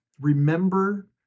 remember